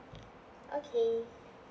okay